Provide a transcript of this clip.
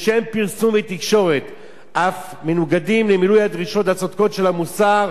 לשם פרסום ותקשורת אף מנוגדת למילוי הדרישות הצודקות של המוסר,